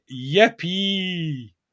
Yippee